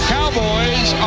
Cowboys